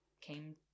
came